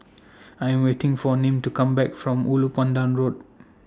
I Am waiting For Nim to Come Back from Ulu Pandan Road